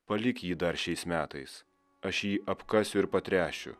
palik jį dar šiais metais aš jį apkasiu ir patręšiu